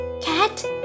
Cat